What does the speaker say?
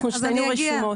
אנחנו שתינו רשומות.